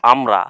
আমরা